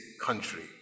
country